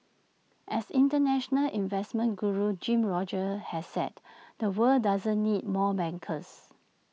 as International investment Guru Jim Rogers has said the world doesn't need more bankers